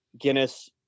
Guinness